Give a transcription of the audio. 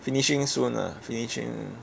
finishing soon ah finishing